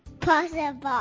possible